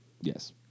Yes